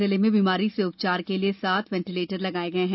जिले में बीमारी से उपचार के लिए सात वेन्टीलेटर लगाये गये हैं